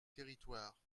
territoires